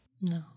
No